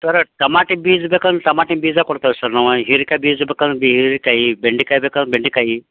sir ಟಮಾಟಿ ಬೀಜ ಬೇಕಾರೆ ಟಮಾಟಿ ಬೀಜ ಕೊಡ್ತೇವೆ ಸರ್ ನಾವು ಹೀರೆಕಾಯಿ ಬೀಜ ಬೇಕಾರೆ ಹೀರೆಕಾಯಿ ಬೆಂಡೆಕಾಯಿ ಬೇಕಾರೆ ಬೆಂಡೆಕಾಯಿ